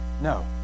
No